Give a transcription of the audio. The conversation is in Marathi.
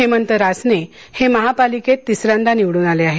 हेमंत रासने हे महापालिकेत तिसऱ्यांदा निवडून आले आहेत